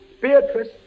Beatrice